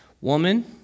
Woman